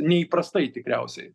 neįprastai tikriausiai